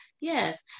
Yes